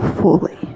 fully